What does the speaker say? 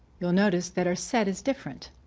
you'll notice that are set is different.